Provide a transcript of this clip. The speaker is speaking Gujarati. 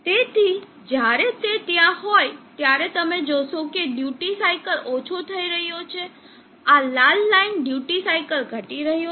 તેથી જ્યારે તે ત્યાં હોય ત્યારે તમે જોશો કે ડ્યુટી સાઇકલ ઓછો થઈ રહ્યો છે આ લાલ લાઇન ડ્યુટી સાઇકલ ઘટી રહ્યો છે